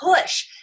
push